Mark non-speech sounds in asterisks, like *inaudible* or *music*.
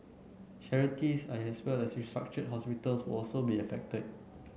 charities as well as restructured *noise* hospitals will also be affected